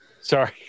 sorry